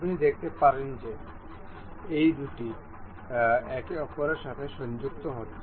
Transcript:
আপনি দেখতে পারেন যে এই দুটি একে অপরের সাথে সংযুক্ত হচ্ছে